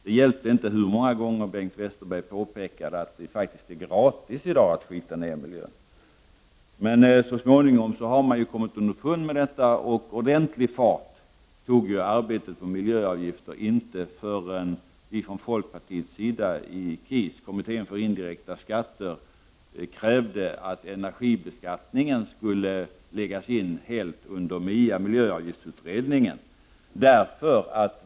Det hjälpte inte hur många gånger Bengt Westerberg än påpekade att det i dag faktiskt är gratis att smutsa ner miljön. Så småningom har man dock kommit underfund med detta. Arbetet med miljöavgifter tog inte ordentlig fart förrän vi från folkpartiets sida i KIS, Kommittén för indirekta skatter, krävde att energibeskattningen helt skulle föras till miljöavgiftsutredningen.